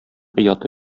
ояты